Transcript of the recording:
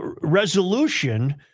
resolution